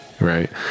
right